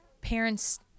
parents